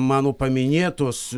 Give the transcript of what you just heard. mano paminėtos